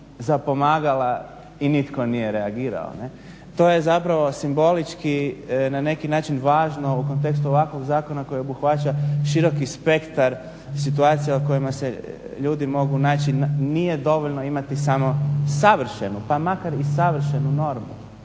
zapomagala i nitko nije reagirao. To je zapravo simbolički na neki način važno u kontekstu ovakvog zakona koji obuhvaća široki spektar situacija u kojima se ljudi mogu naći. Nije dovoljno imati samo savršenu pa makar i savršenu normu.